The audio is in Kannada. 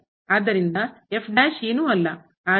ಆದ್ದರಿಂದ ಏನೂ ಅಲ್ಲ ಆದರೆ